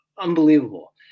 unbelievable